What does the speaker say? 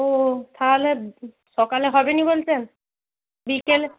ও তাহলে সকালে হবে না বলছেন বিকেলে